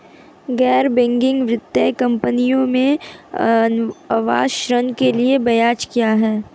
गैर बैंकिंग वित्तीय कंपनियों में आवास ऋण के लिए ब्याज क्या है?